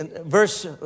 Verse